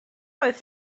oedd